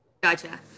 Gotcha